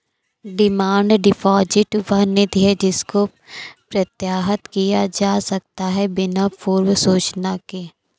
demand deposit वह निधि है जिसको प्रत्याहृत किया जा सकता है बिना पूर्व सूचना के